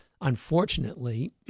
unfortunately